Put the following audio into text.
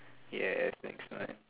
yes next time